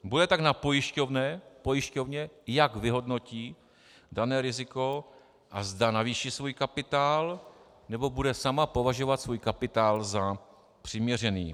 Bude tak na pojišťovně, jak vyhodnotí dané riziko a zda navýší svůj kapitál, nebo bude sama považovat svůj kapitál za přiměřený.